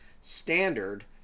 standard